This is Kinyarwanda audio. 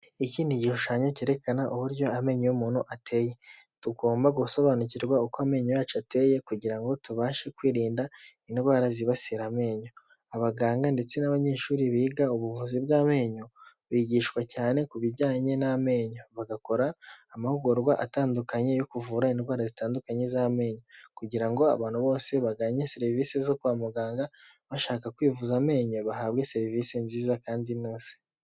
Iki ni igishushanyo cyerekana uburyo amenyo y'umuntu ateye. Tugomba gusobanukirwa uko amenyo yacu ateye kugira ngo tubashe kwirinda indwara zibasira amenyo. Abaganga ndetse n'abanyeshuri biga ubuvuzi bw'amenyo bigishwa cyane ku bijyanye n'amenyo bagakora amahugurwa atandukanye yo kuvura indwara zitandukanye z'amenyo kugira ngo abantu bose baganye serivisi zo kwa muganga bashaka kwivuza amenyo bahabwe serivisi nziza kandi inoze.